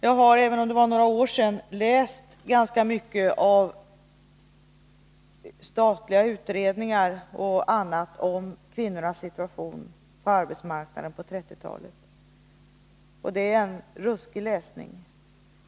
Jag har, även om det var några år sedan, läst ganska mycket i statliga utredningar och annat material om kvinnornas situation på arbetsmarknaden på 1930-talet. Det är en ruskig läsning.